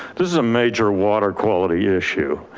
this is a major water quality issue.